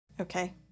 Okay